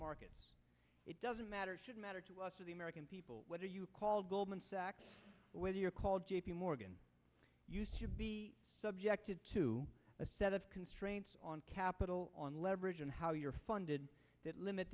markets it doesn't matter should matter to us or the american people whether you call goldman sachs whether you're called j p morgan used to be subjected to a set of constraints on capital on leverage and how you're funded that limit